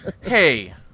Hey